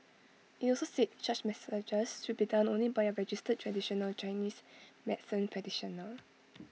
IT also said such massages should be done only by A registered traditional Chinese medicine practitioner